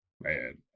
man